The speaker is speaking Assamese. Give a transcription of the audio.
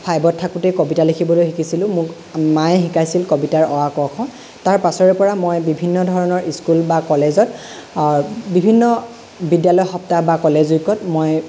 ফাইভত থাকোঁতেই কবিতা লিখিবলৈ শিকিছিলোঁ মোক মায়ে শিকাইছিল কবিতাৰ অ আ ক খ তাৰ পাছৰে পৰা মই বিভিন্ন ধৰণৰ স্কুল বা কলেজত বিভিন্ন বিদ্যালয় সপ্তাহ বা কলেজ উইকত মই